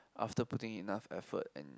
after putting enough effort and